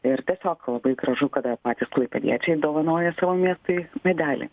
ir tiesiog labai gražu kada patys klaipėdiečiai dovanoja savo miestui medelį